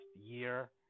year